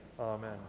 Amen